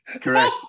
correct